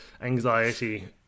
anxiety